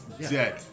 Dead